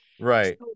Right